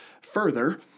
further